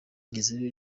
ngezeyo